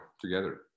together